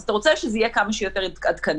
אתה רוצה שזה יהיה כמה שיותר עדכני.